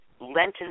Lenten